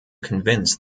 convince